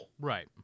right